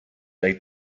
they